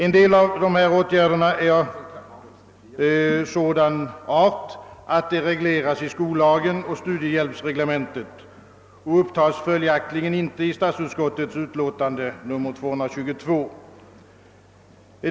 En del av dessa åtgärder är av sådan art att de regleras i skollagen och studiehjälpsreglementet, och de upptas följaktligen inte i statsutskottets utlåtande nr 222.